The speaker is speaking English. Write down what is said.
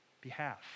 behalf